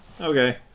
okay